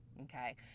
okay